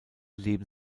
leben